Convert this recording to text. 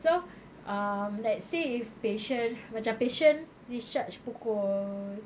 so um let's say if patient macam patient discharge pukul